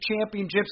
championships